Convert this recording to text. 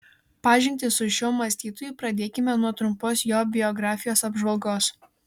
pažintį su šiuo mąstytoju pradėkime nuo trumpos jo biografijos apžvalgos